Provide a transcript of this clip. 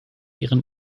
ihren